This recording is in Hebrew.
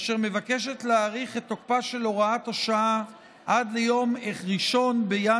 אשר מבקשת להאריך את תוקפה של הוראת השעה עד ליום 1 בינואר